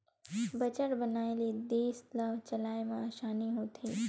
budget बनाए ले देस ल चलाए म असानी होथे